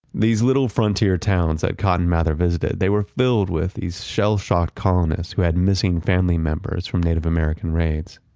these little frontier towns that cotton mather visited, they were filled with these shell shocked colonists who had missing family members from native american raids.